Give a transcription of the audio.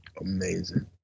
amazing